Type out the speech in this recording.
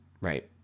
right